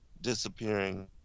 disappearing